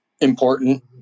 important